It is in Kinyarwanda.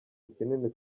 kinini